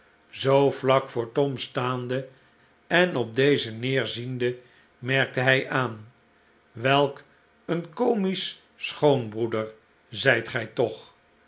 zoo vlak voor tom staande en op dezen neerziende merkte hij aan welk een comisch schoonbroeder zijt gij toch